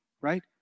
Right